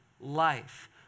life